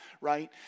right